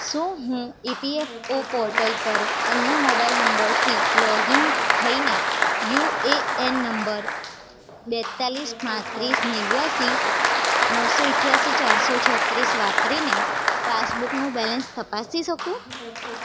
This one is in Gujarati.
શું હું E P F O portal પર અન્ય મોબાઈલ નંબરથી લૉગ ઇન થઈ ને યુ એ એન નંબર બેતાલીસ પાંત્રીસ નેવ્યાસી નવસો અઠયાશી ચારસો છત્રીસ વાપરી ને પાસબુકનું બૅલેન્સ તપાસી શકું